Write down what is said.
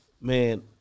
Man